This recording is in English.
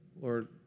Lord